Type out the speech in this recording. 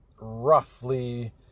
roughly